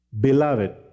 Beloved